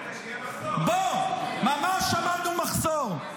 --- ממש --- מחסור.